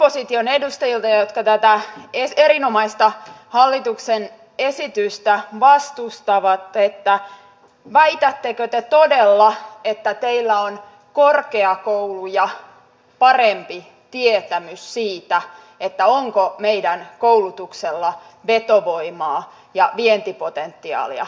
kysyisin opposition edustajilta jotka tätä erinomaista hallituksen esitystä vastustavat että väitättekö te todella että teillä on korkeakouluja parempi tietämys siitä onko meidän koulutuksella vetovoimaa ja vientipotentiaalia